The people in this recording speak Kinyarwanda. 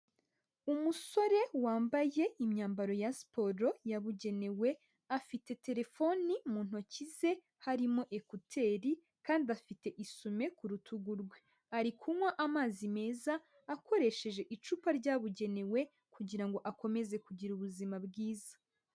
Umusore wambaye imyambaro ya siporo, yabugenewe, afite telefoni mu ntoki ze, harimo ekuteri, kandi afite isume, ku rutugu rwe. Ari kunywa amazi meza, akoresheje icupa ryabugenewe, kugira ngo akomeze kugira ubuzima bwiza.